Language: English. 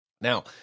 Now